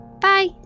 Bye